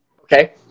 Okay